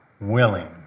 willing